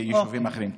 ליישובים אחרים.